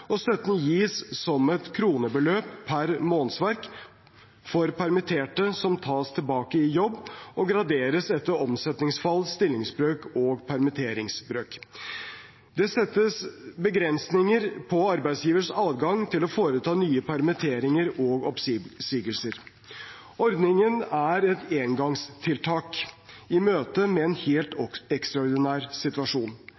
Støtten gis som et kronebeløp per månedsverk for permitterte som tas tilbake i jobb og graderes etter omsetningsfall, stillingsbrøk og permitteringsbrøk. Det settes begrensninger på arbeidsgivers adgang til å foreta nye permitteringer og oppsigelser. Ordningen er et engangstiltak i møte med en helt